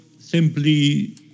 simply